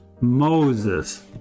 Moses